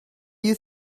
you